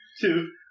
Two